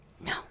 No